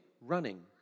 running